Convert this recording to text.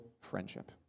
friendship